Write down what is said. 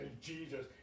Jesus